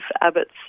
Abbott's